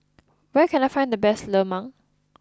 where can I find the best Lemang